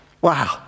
Wow